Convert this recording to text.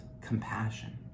compassion